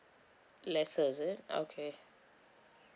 lesser is it okay